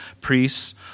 priests